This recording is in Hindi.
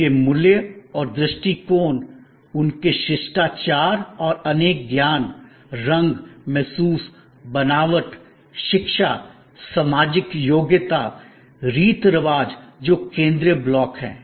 उनके मूल्य और दृष्टिकोण उनके शिष्टाचार और उनके ज्ञान रंग महसूस बनावट शिक्षा सामाजिक योग्यता रीति रिवाज जो केंद्रीय ब्लॉक है